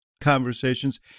conversations